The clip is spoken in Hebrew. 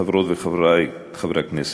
חברות וחברי הכנסת,